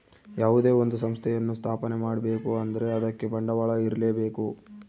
ಯಾವುದೇ ಒಂದು ಸಂಸ್ಥೆಯನ್ನು ಸ್ಥಾಪನೆ ಮಾಡ್ಬೇಕು ಅಂದ್ರೆ ಅದಕ್ಕೆ ಬಂಡವಾಳ ಇರ್ಲೇಬೇಕು